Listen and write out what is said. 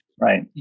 Right